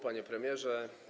Panie Premierze!